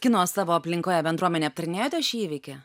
kino savo aplinkoje bendruomenėj aptarinėjote šį įvykį